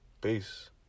Peace